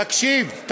תקשיב.